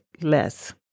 less